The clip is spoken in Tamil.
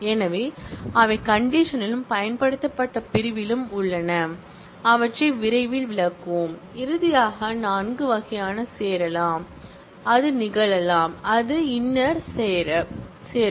எனவே அவை கண்டிஷன் யிலும் பயன்படுத்தப்பட்ட பிரிவிலும் உள்ளன அவற்றை விரைவில் விளக்குவோம் இறுதியாக நான்கு வகையான சேரலாம் அது நிகழலாம் அது இன்னர் சேர